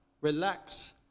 relax